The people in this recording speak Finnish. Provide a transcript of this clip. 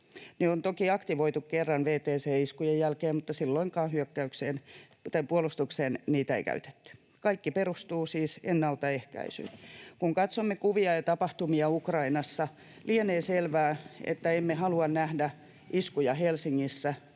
Ne on toki aktivoitu kerran WTC-iskujen jälkeen, mutta silloinkaan hyökkäykseen tai puolustukseen niitä ei käytetty. Kaikki perustuu siis ennaltaehkäisyyn. Kun katsomme kuvia ja tapahtumia Ukrainassa, lienee selvää, että emme halua nähdä iskuja Helsingissä,